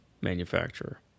manufacturer